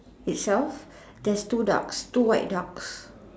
itself there's two ducks two white ducks